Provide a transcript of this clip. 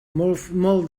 molt